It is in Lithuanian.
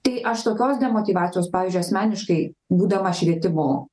tai aš tokios demotyvacijos pavyzdžiui asmeniškai būdama švietimo